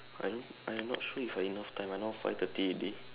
I I not sure if I enough time now five thirty already